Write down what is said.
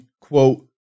quote